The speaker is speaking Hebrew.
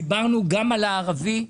דיברנו גם על הערבי.